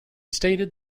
stated